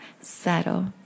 settle